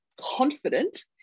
confident